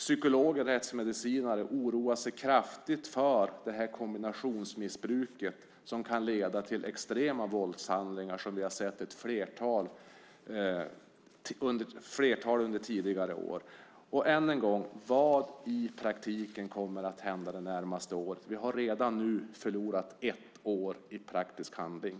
Psykologer och rättsmedicinare oroar sig kraftigt för kombinationsmissbruket, som kan leda till extrema våldshandlingar. Vi har sett ett flertal sådana under tidigare år. Än en gång: Vad kommer i praktiken att hända det närmaste året? Vi har redan nu förlorat ett år i praktisk handling.